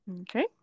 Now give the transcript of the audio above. Okay